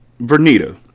Vernita